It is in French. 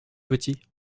petit